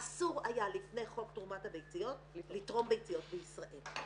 אסור היה לפני חוק תרומת הביציות לתרום ביציות בישראל.